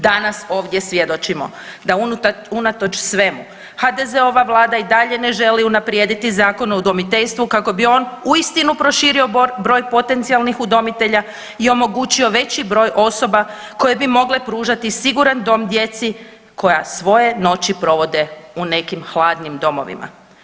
Danas ovdje svjedočimo da unatoč svemu HDZ-ova vlada i dalje ne želi unaprijediti Zakon o udomiteljstvu kako bi on uistinu proširio broj potencijalnih udomitelja i omogućio veći broj osoba koje bi mogle pružati siguran dom djeci koja svoje noći provode u nekim hladnim domovima.